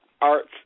arts